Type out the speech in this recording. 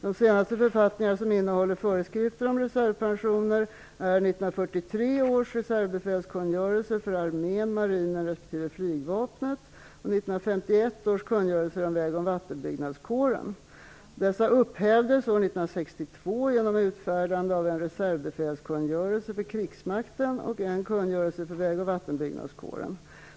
De senaste författningar som innehåller föreskrifter om reservpensioner är och en kungörelse för väg och vattenbyggnadskåren .